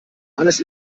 alles